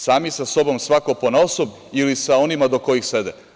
Sami sa sobom svako ponaosob ili sa onima do kojih sede.